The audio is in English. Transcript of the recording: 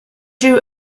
drew